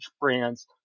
brands